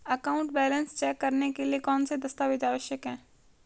Account balance check करने के लिए कौनसे दस्तावेज़ आवश्यक हैं?